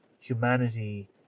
humanity